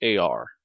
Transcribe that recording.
AR